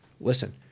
Listen